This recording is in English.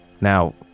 Now